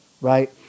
right